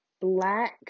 black